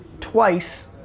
twice